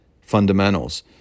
fundamentals